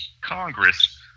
Congress